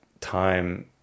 time